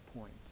point